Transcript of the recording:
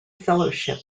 fellowship